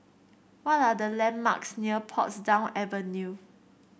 what are the landmarks near Portsdown Avenue